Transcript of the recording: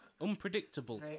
Unpredictable